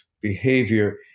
behavior